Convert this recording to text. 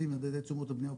מדד תשומות הבניה,